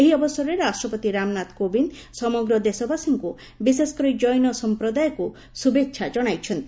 ଏହି ଅବସରରେ ରାଷ୍ଟ୍ରପତି ରାମନାଥ କୋବିନ୍ଦ ସମଗ୍ର ଦେଶବାସୀଙ୍କୁ ବିଶେଷକରି ଜୈନ ସମ୍ପ୍ରଦାୟକୁ ଶୁଭେଚ୍ଛା ଜଣାଇଛନ୍ତି